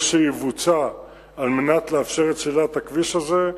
שיבוצע על מנת לאפשר את סלילת הכביש הזה,